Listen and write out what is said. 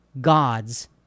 god's